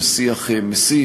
ושיח מסית,